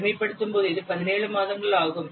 எளிமைப்படுத்தும்போது இது 17 மாதங்கள் ஆகும்